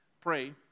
pray